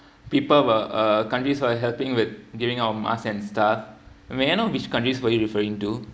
people were uh countries are helping with giving out masks and stuff may I know which countries were you referring to